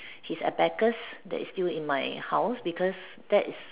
his abacus that is still in my house because that is